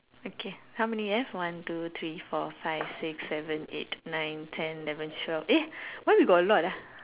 okay how many left one two three four five six seven eight nine ten eleven twelve eh why we got a lot ah